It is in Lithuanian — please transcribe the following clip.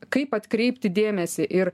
kaip atkreipti dėmesį ir